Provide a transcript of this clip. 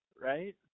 right